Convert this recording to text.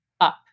up